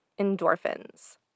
endorphins